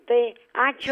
tai ačiū